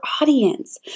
audience